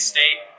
State